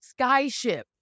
Skyship